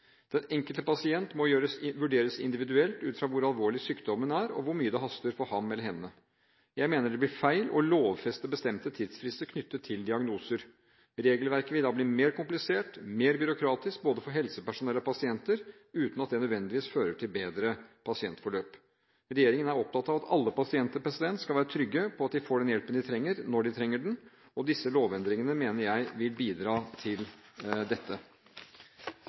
Den enkelte pasient må vurderes individuelt ut fra hvor alvorlig sykdommen er, og hvor mye det haster for ham eller henne. Jeg mener det blir feil å lovfeste bestemte tidsfrister knyttet til diagnoser. Regelverket vil da bli mer komplisert og byråkratisk for både helsepersonell og pasienter, uten at det nødvendigvis fører til bedre pasientforløp. Regjeringen er opptatt av at alle pasienter skal være trygge på at de får den hjelpen de trenger, når de trenger den. Disse lovendringene mener jeg vil bidra til dette.